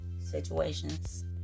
situations